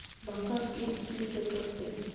मक्का किस चीज से करते हैं?